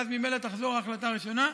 ואז ממילא תחזור ההחלטה הראשונה.